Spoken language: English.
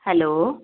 hello